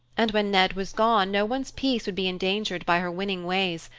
and when ned was gone, no one's peace would be endangered by her winning ways,